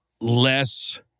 less